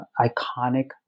iconic